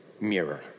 mirror